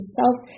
self